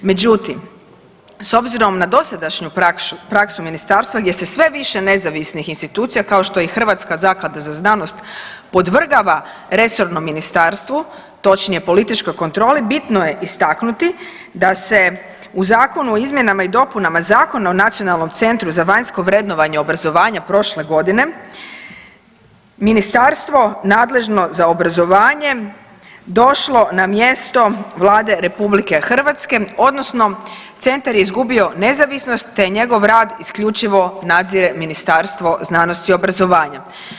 Međutim, s obzirom na dosadašnju praksu ministarstva gdje se sve više nezavisnih institucija kao što je i Hrvatska zaklada za znanost podvrgava resornom ministarstvu, točnije političkoj kontroli bitno je istaknuti da se u Zakonu o izmjenama i dopunama Zakona o Nacionalnom centru za vanjsko vrednovanje obrazovanja prošle godine ministarstvo nadležno za obrazovanje došlo na mjesto Vlade RH odnosno centra je izgubio nezavisnost te njegov rad isključivo nadzire Ministarstvo znanosti i obrazovanja.